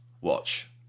watch